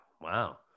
wow